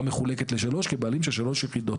מחולקת לשלוש כבעלים של שלוש יחידות.